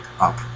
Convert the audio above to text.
up